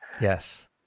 Yes